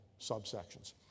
subsections